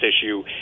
issue